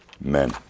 men